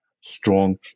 strong